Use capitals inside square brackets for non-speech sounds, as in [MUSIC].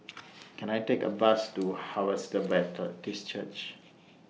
[NOISE] Can I Take A Bus to Harvester Baptist Church